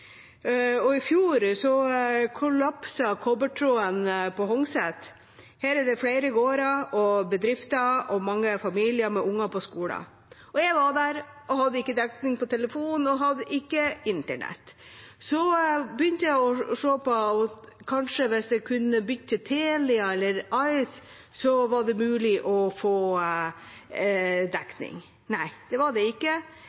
I fjor kollapset kobbertråden på Hongset. Der er det flere gårder og bedrifter og mange familier med barn på skole. Jeg var der og hadde ikke dekning på telefonen og ikke internett. Jeg begynte å se på om jeg kanskje kunne bytte til Telia eller ice, om det da var mulig å få dekning. Men nei, det var det ikke.